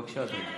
בבקשה, אדוני.